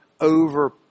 over